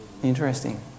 Interesting